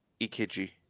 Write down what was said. ekg